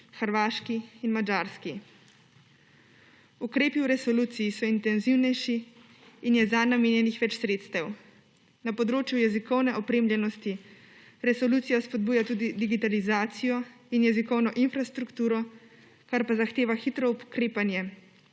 Hrvaški in Madžarski. Ukrepi v resoluciji so intenzivnejši in je zanj namenjenih več sredstev. Na področju jezikovne opremljenosti resolucija spodbuja tudi digitalizacijo in jezikovno infrastrukturo, kar pa zahteva hitro ukrepanje,